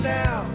now